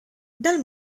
dal